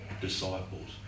disciples